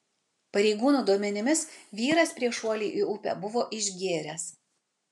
pareigūnų duomenimis vyras prieš šuolį į upę buvo išgėręs